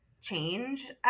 change